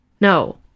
No